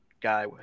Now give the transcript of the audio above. guy